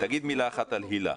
תגיד מילה אחת על היל"ה.